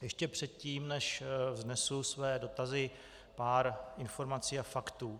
Ještě předtím, než vznesu své dotazy, pár informací a faktů.